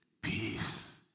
Peace